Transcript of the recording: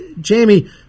Jamie